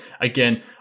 again